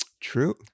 True